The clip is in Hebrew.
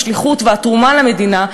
השליחות והתרומה למדינה,